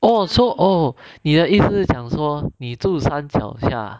oh so oh 你的意思是讲说你住山脚下